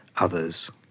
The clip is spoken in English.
others